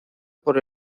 por